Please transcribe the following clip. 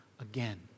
again